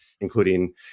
including